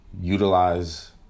Utilize